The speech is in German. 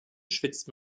schwitzt